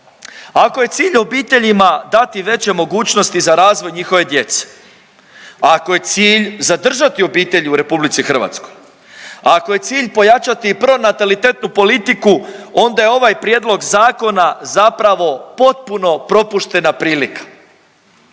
Ako je cilj obiteljima dati veće mogućnosti za razvoj njihove djece, ako je cilj zadržati obitelji u RH, ako je cilj pojačati pronatalitetnu politiku, onda je ovaj prijedlog zakona zapravo potpuno propuštena prilika.